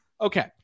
Okay